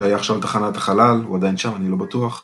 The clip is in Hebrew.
‫היה עכשיו תחנת החלל, ‫הוא עדיין שם, אני לא בטוח.